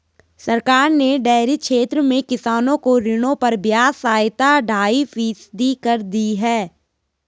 सरकार ने डेयरी क्षेत्र में किसानों को ऋणों पर ब्याज सहायता ढाई फीसदी कर दी है